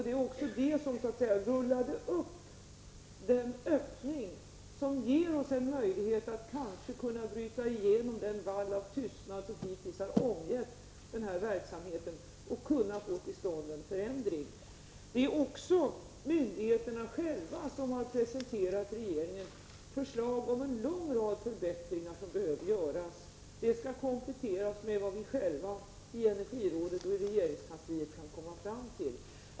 Det var också det som rullade upp den öppning som kanske ger oss möjlighet att bryta igenom den vall av tystnad som hittills har omgett den här verksamheten och kunna få till stånd en förändring. Det är också myndigheterna själva som har presenterat regeringen förslag till en lång rad förbättringar som behöver göras. Detta skall kompletteras med vad vi själva i energirådet och i regeringskansliet kan komma fram till.